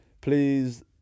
Please